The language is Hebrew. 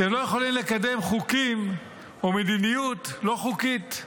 אתם לא יכולים לקדם חוקים או מדיניות לא חוקית.